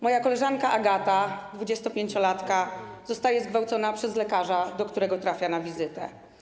Moja koleżanka Agata, 25-latka, zostaje zgwałcona przez lekarza, do którego trafia na wizytę.